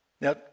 Now